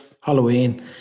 Halloween